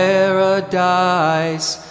Paradise